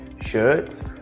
shirts